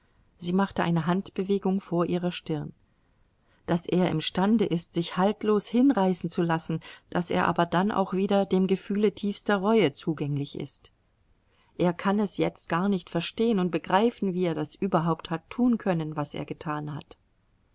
sie machte eine handbewegung vor ihrer stirn daß er imstande ist sich haltlos hinreißen zu lassen daß er aber dann auch wieder dem gefühle tiefster reue zugänglich ist er kann es jetzt gar nicht verstehen und begreifen wie er das überhaupt hat tun können was er getan hat